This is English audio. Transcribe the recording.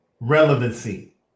relevancy